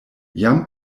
jam